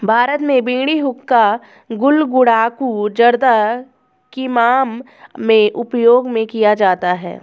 भारत में बीड़ी हुक्का गुल गुड़ाकु जर्दा किमाम में उपयोग में किया जाता है